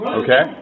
okay